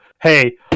Hey